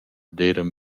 d’eiran